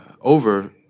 over